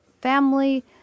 family